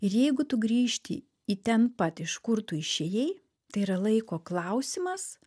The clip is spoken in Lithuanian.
ir jeigu tu grįžti į ten pat iš kur tu išėjai tai yra laiko klausimas